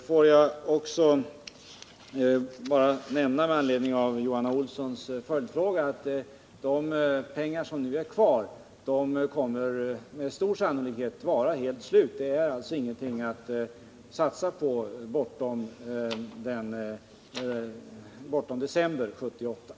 Jag vill också, med anledning av Johan Olssons följdfråga, nämna att de pengar som nu är kvar med stor sannolikhet kommer att vara helt slut och alltså inte vara någonting att räkna med bortom december 1978.